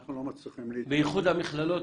שאנחנו לא מצליחים --- באיחוד המכללות,